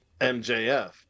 MJF